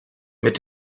mit